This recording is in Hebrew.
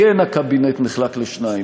הקבינט כן נחלק לשניים.